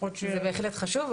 לפחות --- זה בהחלט חשוב.